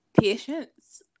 Patience